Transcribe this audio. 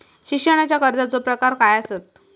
शिक्षणाच्या कर्जाचो प्रकार काय आसत?